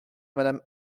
madame